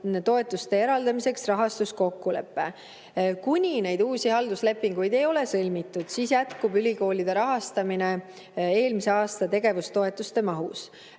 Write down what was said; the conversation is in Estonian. toetuste eraldamiseks rahastuskokkulepe. Kuni neid uusi halduslepinguid ei ole sõlmitud, jätkub ülikoolide rahastamine eelmise aasta tegevustoetuste mahus.